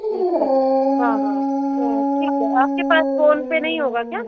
अच्छा अच्छा हाँ हाँ हाँ ठीक है आपके पास फोनपे नहीं होगा क्या